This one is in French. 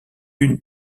une